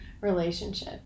relationship